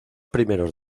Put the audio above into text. primeros